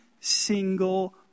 single